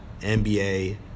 NBA